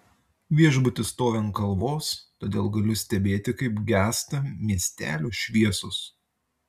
viešbutis stovi ant kalvos todėl galiu stebėti kaip gęsta miestelio šviesos